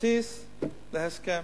בסיס להסכם.